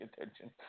attention